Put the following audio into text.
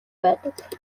байдаг